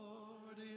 Lord